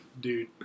dude